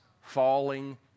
falling